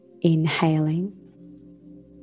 Inhaling